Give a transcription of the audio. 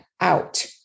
out